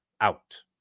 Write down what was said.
out